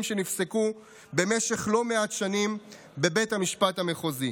שנפסקו במשך לא מעט שנים בבית המשפט המחוזי.